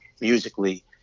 musically